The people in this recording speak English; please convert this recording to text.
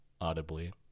audibly